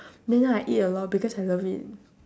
then now I eat a lot because I love it